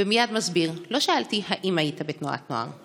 ומייד מסביר: לא שאלתי אם היית בתנועת נוער.